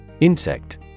Insect